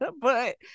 but-